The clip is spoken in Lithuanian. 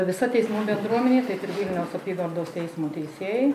visa teismų bendruomenė taip ir vilniaus apygardos teismo teisėjai